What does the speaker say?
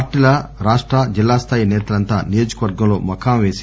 పార్టీల రాష్ట జిల్లా స్థాయి నేతలంతా నియోజకవర్గంలో మఖాం పేసి